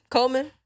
Coleman